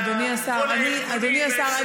אדוני השר,